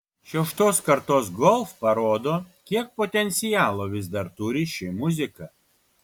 šeštos kartos golf parodo kiek potencialo vis dar turi ši muzika